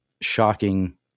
shocking